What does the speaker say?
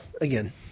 again